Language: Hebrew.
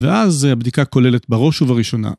ואז הבדיקה כוללת בראש ובראשונה.